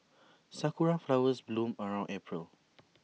Sakura Flowers bloom around April